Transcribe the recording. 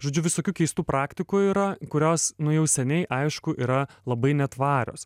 žodžiu visokių keistų praktikų yra kurios nu jau seniai aišku yra labai netvarios